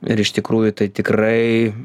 ir iš tikrųjų tai tikrai